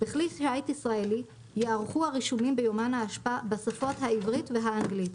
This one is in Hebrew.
בכלי שיט ישראלי ייערכו הרישומים ביומן האשפה בשפות העברית והאנגלית,